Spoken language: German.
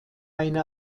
eine